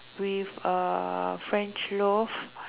with French loaf